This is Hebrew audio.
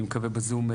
אני מקווה,